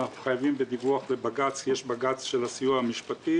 אנחנו חייבים בדיווח לבג"ץ יש בג"ץ של הסיוע המשפטי